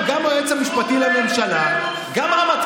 גם היועץ המשפטי לממשלה -- חוסר אשמה,